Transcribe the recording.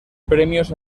premios